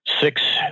six